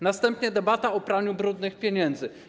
Następnie debata o praniu brudnych pieniędzy.